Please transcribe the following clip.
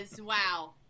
wow